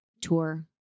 tour